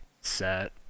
Set